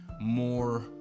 more